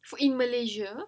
for in malaysia